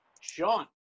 Sean